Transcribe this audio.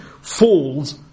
falls